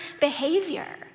behavior